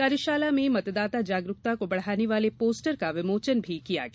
कार्यशाला में मतदाता जागरूकता को बढ़ाने वाले पोस्टर का विमोचन भी किया गया